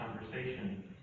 conversation